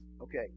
Okay